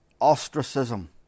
ostracism